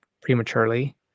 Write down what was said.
prematurely